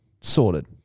Sorted